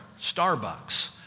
Starbucks